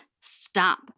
stop